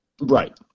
Right